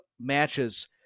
matches